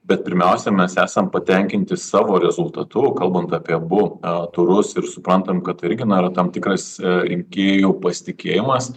bet pirmiausia mes esam patenkinti savo rezultatu kalbant apie abu turus ir suprantam kad tai irgi yra tam tikras rinkėjų pasitikėjimas